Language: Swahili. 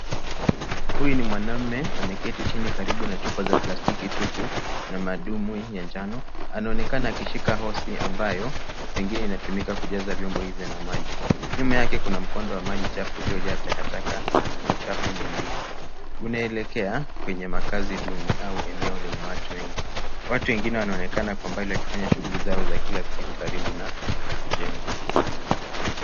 Huyu ni mwanaume ameketi chini karibu na chupa za plastiki tupu na madumu ya njano. Anaonekana akishika hose ambayo pengine inatumika kujaza vyombo hivyo na maji. Nyuma yake kuna mkondo wa maji chafu uliojaa takataka na uchafu mwingine unaelekea kwenye makazi duni au eneo lenye watu wengi. Watu wengine wanaonekana kwa mbali wakifanya shughuli zao za kila siku karibu na jengo.